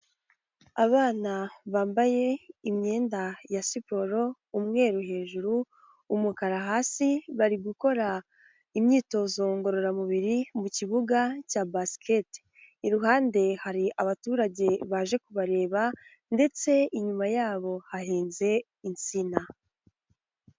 Abana bambaye imyenda ya siporo umweru hejuru, umukara hasi bari gukora imyitozo ngororamubiri, mu kibuga cya basiketi. Iruhande hari abaturage baje kubareba ndetse inyuma yabo hahinze insina.